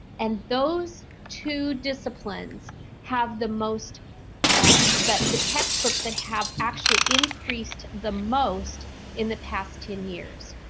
and, those two disciplines have the most um that the textbooks that have actually increased the most in the past ten years.